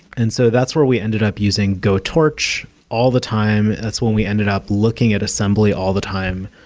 and so that's where we ended up using go torch all the time. that's when we ended up looking at assembly all the time,